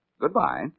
goodbye